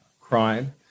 crime